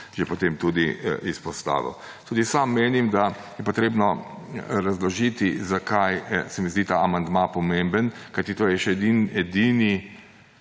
že izpostavil. Tudi sam menim, da je treba razložiti, zakaj se mi zdi ta amandma pomemben, kajti to je še edini